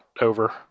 over